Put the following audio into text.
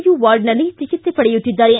you ವಾರ್ಡ್ನಲ್ಲಿ ಚಿಕಿತ್ಸೆ ಪಡೆಯುತ್ತಿದ್ದಾರೆ